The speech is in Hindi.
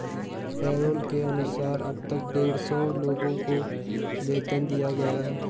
पैरोल के अनुसार अब तक डेढ़ सौ लोगों को वेतन दिया गया है